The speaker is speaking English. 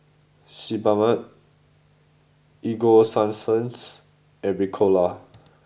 Sebamed Ego sunsense and Ricola